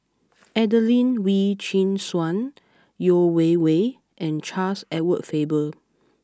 Adelene Wee Chin Suan Yeo Wei Wei and Charles Edward Faber